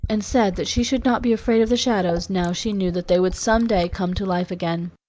and said that she should not be afraid of the shadows now she knew that they would some day come to life again.